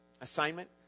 Assignment